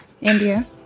India